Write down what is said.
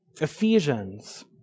Ephesians